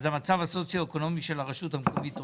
אז המצב הסוציו-אקונומי של הרשות המקומית עולה?